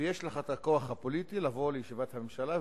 ויש לך הכוח הפוליטי לבוא לישיבת הממשלה,